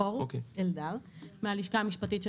אני מהלשכה המשפטית.